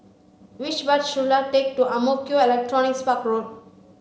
which bus should I take to Ang Mo Kio Electronics Park Road